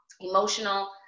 emotional